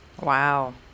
Wow